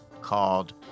called